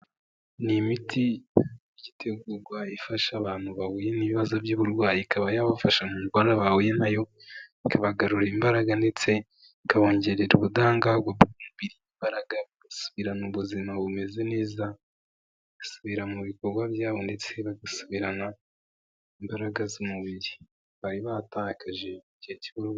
Ni imiti itegurwa ifasha abantu bahuye n'ibibazo by'uburwayi ikaba yabafasha mudwara bahuye nayo ikabagarurira imbaraga ndetse ikabongerera ubudahangarwabiri basubirana ubuzima bumeze neza bagasubira mu bikorwa byabo ndetse bagasubirana imbaraga z'umubiri baritakaje igihe cy